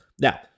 Now